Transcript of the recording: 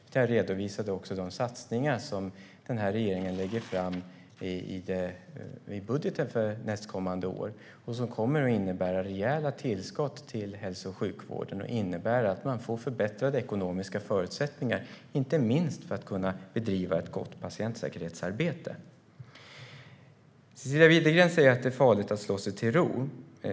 Jag redovisade också de satsningar som regeringen lägger fram i budgeten för nästkommande år och som kommer att innebära rejäla tillskott till hälso och sjukvården och förbättrade ekonomiska förutsättningar, inte minst för att kunna bedriva ett gott patientsäkerhetsarbete. Cecilia Widegren säger att det är farligt att slå sig till ro.